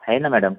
है ना मॅडम